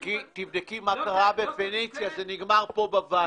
תבדקי מה שקרה בפניציה זה נגמר פה בוועדה.